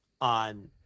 on